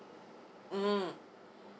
mm